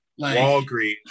Walgreens